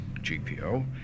GPO